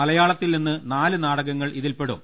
മലയാളത്തിൽനിന്ന് നാല് നാടകങ്ങൾ ഇതിൽപെടും